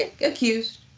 accused